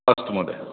अस्तु महोदय